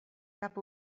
cap